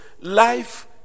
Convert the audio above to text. life